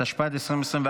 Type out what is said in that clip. התשפ"ד 2024,